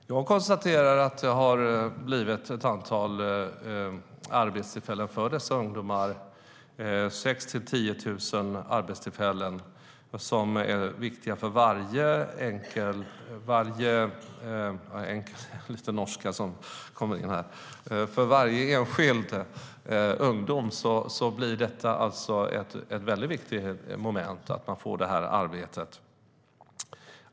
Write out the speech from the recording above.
Herr talman! Jag konstaterar att det har blivit ett antal arbetstillfällen för dessa ungdomar - 6 000-10 000 arbetstillfällen. De är viktiga. För varje enskild ungdom blir det ett väldigt viktigt moment att få det arbetet.